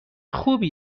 خوبی